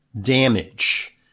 damage